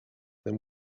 them